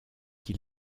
qui